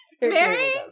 Mary